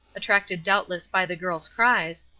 attracted doubtless by the girl's cries,